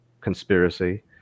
conspiracy